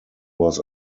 was